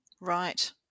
Right